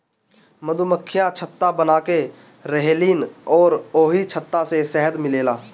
मधुमक्खियाँ छत्ता बनाके रहेलीन अउरी ओही छत्ता से शहद मिलेला